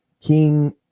king